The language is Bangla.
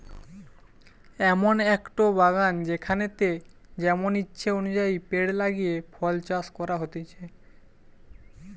এমন একটো বাগান যেখানেতে যেমন ইচ্ছে অনুযায়ী পেড় লাগিয়ে ফল চাষ করা হতিছে